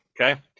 okay